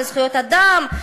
על זכויות אדם,